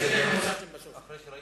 ואחרי שראיתי,